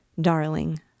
Darling